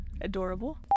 Adorable